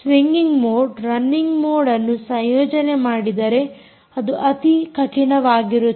swinging mode running mode ಅನ್ನು ಸಂಯೋಜನೆ ಮಾಡಿದರೆ ಅದು ಅತಿ ಕಠಿಣವಾಗಿರುತ್ತದೆ